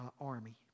army